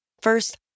First